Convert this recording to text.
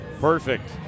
Perfect